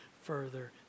further